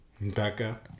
Becca